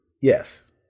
Yes